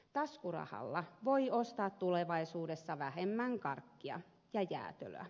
taskurahalla voi ostaa tulevaisuudessa vähemmän karkkia ja jäätelöä